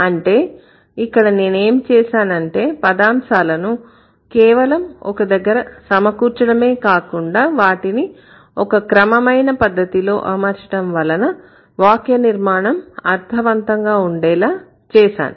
అంటే ఇక్కడ నేనేమి చేసానంటే పదాంశాలను కేవలం ఒక దగ్గర సమకూర్చడమే కాకుండా వాటిని ఒక క్రమమైన పద్ధతిలో అమర్చడం వలన వాక్య నిర్మాణం అర్ధవంతంగా ఉండేలా చేశాను